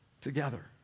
together